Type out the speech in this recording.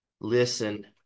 Listen